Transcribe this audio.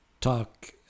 talk